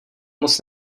moc